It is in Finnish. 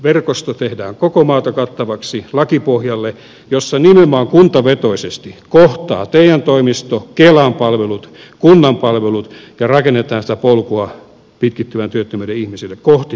työvoimapalvelupisteverkosto tehdään koko maata kattavaksi lakipohjalle jossa nimenomaan kuntavetoisesti kohtaavat te toimisto kelan palvelut ja kunnan palvelut ja rakennetaan sitä polkua pitkittyvän työttömyyden ihmisille kohti työmarkkinoita